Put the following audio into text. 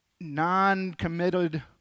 non-committed